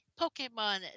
Pokemon